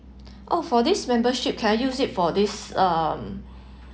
oh for this membership can I use it for this um